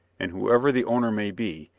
and whoever the owner may be,